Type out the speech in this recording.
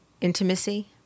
intimacy